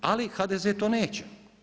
Ali HDZ to neće.